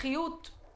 רווחיות גרידא.